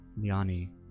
Liani